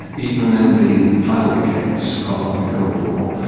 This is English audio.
even in the final decades of the cold war,